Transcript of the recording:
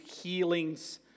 healings